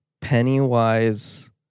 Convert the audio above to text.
Pennywise